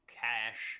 cash